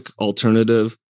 alternative